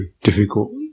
Difficult